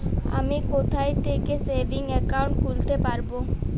আমি কোথায় থেকে সেভিংস একাউন্ট খুলতে পারবো?